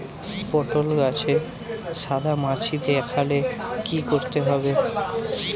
পটলে গাছে সাদা মাছি দেখালে কি করতে হবে?